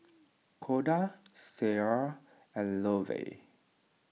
Koda Ciera and Lovell